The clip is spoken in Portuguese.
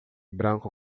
branco